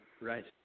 Right